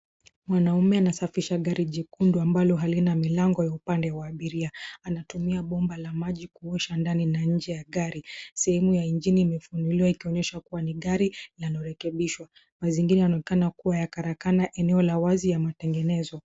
Mwanaume anasafisha gari jekundu ambalo halina milango ya upande wa abiria. Anatumia bomba la maji kuosha ndani na nje ya gari. Sehemu ya injini imefunguliwa ikionyesha kuwa ni gari linalorekebishwa. Mazingira yanaonekana kuwa ya karakana eneo la wazi ya matengenezo.